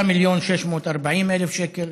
3 מיליון ו-640,000 שקל.